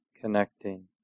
connecting